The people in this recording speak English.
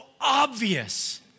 obvious